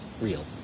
real